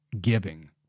giving